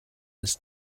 his